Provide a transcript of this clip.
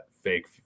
fake